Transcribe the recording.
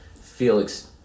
Felix